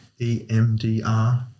EMDR